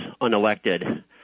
unelected